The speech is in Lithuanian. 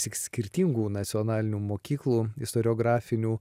tik skirtingų nacionalinių mokyklų istoriografinių